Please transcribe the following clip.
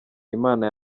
imana